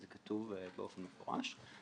זה כתוב באופן מפורש.